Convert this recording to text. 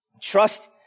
trust